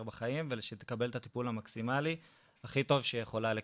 זה שגל תישאר בחיים ושתקבל את הטיפול המקסימלי הכי טוב שהיא יכולה לקבל.